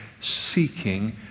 seeking